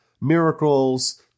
miracles